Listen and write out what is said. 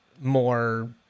more